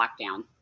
lockdown